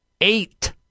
Eight